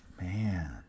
Man